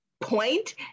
point